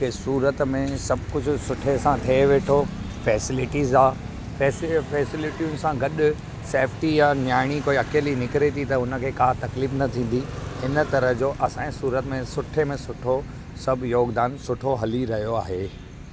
की सूरत में सभु कुझु सुठे सां थिए वेठो फैसिलिटीस आहिनि फैसल फैसिलिटियूं सां गॾु सेफ्टी या न्याणी कोई अकेली निकिरे थी त हुन खे का तकलीफ़ न थींदी हिन तरह जो असांजे सूरत में सुठे में सुठो सभु योगदानु सुठो हली रहियो आहे